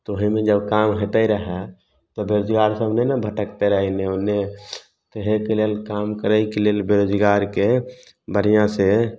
तऽ ओहीमे जब काम होतय रहए तऽ बेरोजगार सब नहि नऽ भटकतय रहए एन्ने ओन्ने तऽ अइके लेल काम करयके लेल बेरोजगारके बढ़िआँसँ